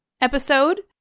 episode